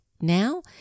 now